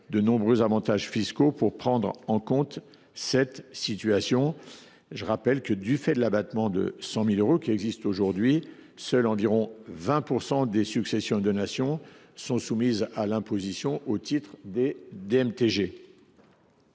de nombreux avantages fiscaux permettant de prendre en compte cette situation. Je rappelle que, du fait de l’abattement de 100 000 euros qui existe aujourd’hui, seulement 20 % des successions et donations sont soumises à l’imposition au titre des DMTG.